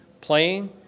playing